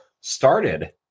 started